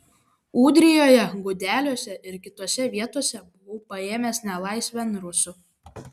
ūdrijoje gudeliuose ir kitose vietose buvau paėmęs nelaisvėn rusų